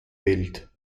welt